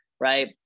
right